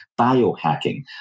biohacking